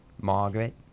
Margaret